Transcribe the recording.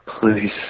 Please